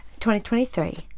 2023